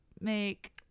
make